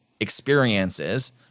experiences